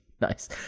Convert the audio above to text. Nice